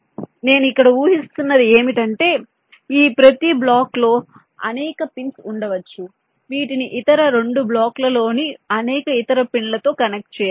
కాబట్టి నేను ఇక్కడ ఊహిస్తున్నది ఏమిటంటే ఈ ప్రతి బ్లాకులో అనేక పిన్స్ ఉండవచ్చు వీటిని ఇతర 2 బ్లాకులలోని అనేక ఇతర పిన్లతో కనెక్ట్ చేయాలి